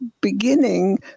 beginning